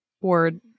Word